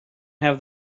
have